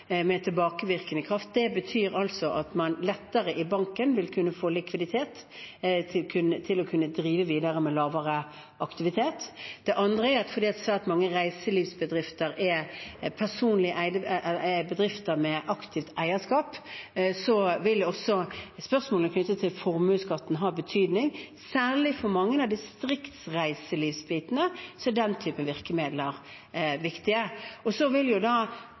med tilbakevirkende kraft. Det betyr at man lettere i banken vil kunne få likviditet til å kunne drive videre med lavere aktivitet. Det andre er at fordi svært mange reiselivsbedrifter er personlig eide bedrifter med aktivt eierskap, vil også spørsmålet knyttet til formuesskatten ha betydning. Særlig for mange av reiselivsbedriftene i distriktene er den typen virkemidler viktig. Ytterligere tiltak vil